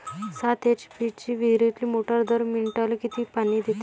सात एच.पी ची विहिरीतली मोटार दर मिनटाले किती पानी देते?